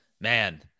Man